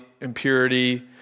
impurity